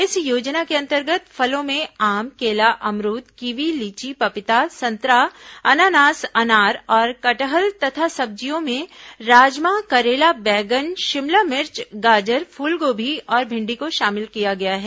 इस योजना के अंतर्गत फलों में आम केला अमरूद किवी लीची पपीता संतरा अनानास अनार और कटहल तथा सब्जियों में राजमा करेला बैगन शिमला मिर्च गाजर फूलगोभी और भिंडी को शामिल किया गया है